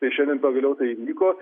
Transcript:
tai šiandien pagaliau tai įvyko